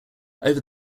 over